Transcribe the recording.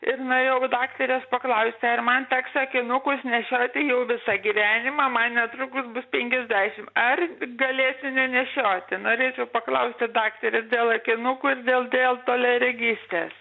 ir norėjau daktarės paklausti ar man teks akinukus nešioti jau visą gyvenimą man netrukus bus penkiasdešim ar galėsiu nenešioti norėčiau paklausti daktarės dėl akinukų ir dėl dėl toliaregystės